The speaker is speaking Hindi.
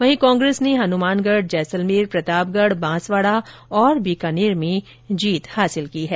वहीं कांग्रेस ने हनुमानगढ़ जैसलमेर प्रतापगढ़ बांसवाड़ा और बीकानेर में जीत दर्ज की है